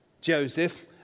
Joseph